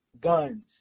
guns